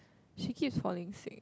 she keeps falling sick